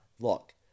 Look